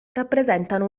rappresentano